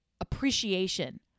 appreciation